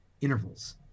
intervals